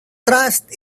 trust